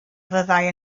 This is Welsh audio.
fyddai